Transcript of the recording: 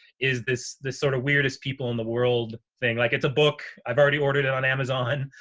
is this the sort of weirdest people in the world thing. like, it's a book i've already ordered and on amazon.